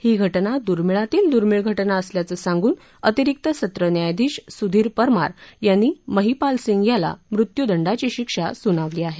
ही घटना दुर्मिळातील दुर्मिळ घटना असल्याचं सांगून अतिरिक्त सत्र न्यायाधीश सुधीर परमार यांनी महिपाल सिंह याला मृत्युदंडाची शिक्षा सुनावली आहे